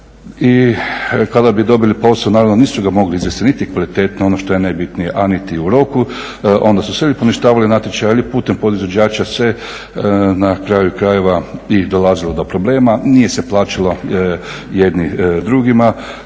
i kada bi dobili posao naravno nisu ga mogli izvesti niti kvalitetno, ono što je najbitnije, a niti u roku onda su sebi poništavali natječaje, ali putem podizvođača se na kraju krajeva i dolazilo do problema. Nije se plaćalo jedni drugima,